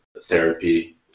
Therapy